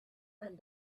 and